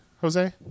Jose